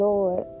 Lord